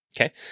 okay